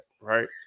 right